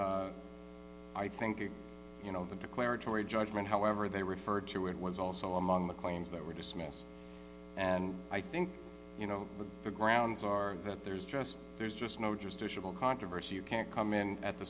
and i think you you know the declaratory judgment however they referred to it was also among the claims that were dismissed and i think you know the grounds are that there's just there's just no jurisdictional controversy you can't come in at the